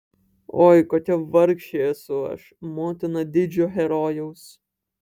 oi kokia vargšė esu aš motina didžio herojaus